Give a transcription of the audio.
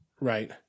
Right